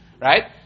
right